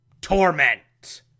torment